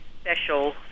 special